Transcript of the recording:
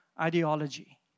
ideology